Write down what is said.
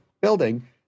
building